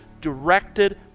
directed